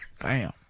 Bam